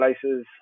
places